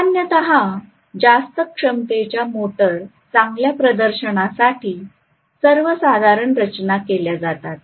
सामान्यतः जास्त क्षमतेच्या मोटर चांगल्या प्रदर्शनासाठी सर्वसाधारण रचना केल्या जातात